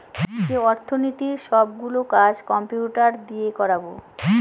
যে অর্থনীতির সব গুলো কাজ কম্পিউটার দিয়ে করাবো